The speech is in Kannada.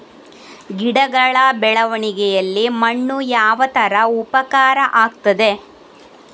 ಗಿಡಗಳ ಬೆಳವಣಿಗೆಯಲ್ಲಿ ಮಣ್ಣು ಯಾವ ತರ ಉಪಕಾರ ಆಗ್ತದೆ?